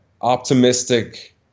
optimistic